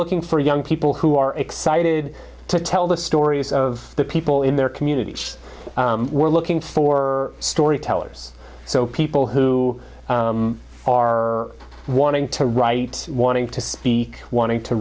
looking for young people who are excited to tell the stories of the people in their communities we're looking for storytellers so people who are wanting to write wanting to speak wanting to